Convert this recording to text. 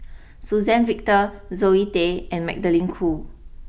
Suzann Victor Zoe Tay and Magdalene Khoo